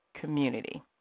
community